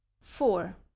four